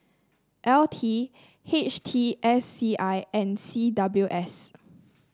L T H T S C I and C W S